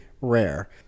rare